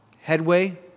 headway